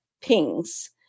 pings